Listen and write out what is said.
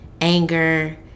anger